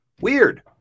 Weird